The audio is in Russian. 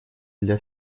для